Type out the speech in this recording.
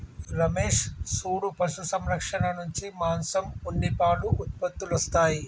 రమేష్ సూడు పశు సంరక్షణ నుంచి మాంసం ఉన్ని పాలు ఉత్పత్తులొస్తాయి